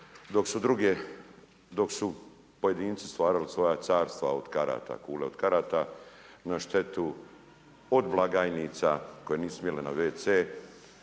dok su pojedinci stvarali svoja carstva od karata, kule od karata na štetu od blagajnica koje nisu smjele na wc,